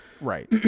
Right